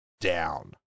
down